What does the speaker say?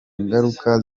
ngaruka